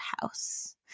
house